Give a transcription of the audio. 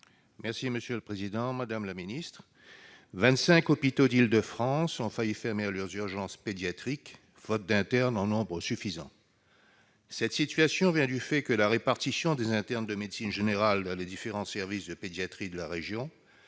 secrétaire d'État, vingt-cinq hôpitaux d'Île-de-France ont failli fermer leurs urgences pédiatriques, faute d'internes en nombre suffisant. Cette situation vient du fait que la répartition des internes de médecine générale dans les différents services de pédiatrie de la région